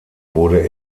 wurde